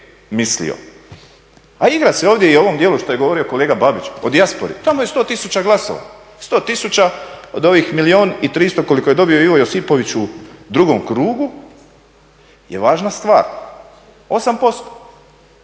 A igra se ovdje i u ovom dijelu što je govorio kolega Babić o dijaspori. Tamo je 100 tisuća glasova. 100 tisuća od ovih milijun i 300 koliko je dobio Ivo Josipović u drugom krugu je važna stvar, 8%. Znate